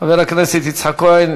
חבר הכנסת יצחק כהן.